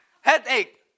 Headache